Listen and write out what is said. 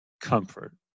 comfort